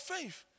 faith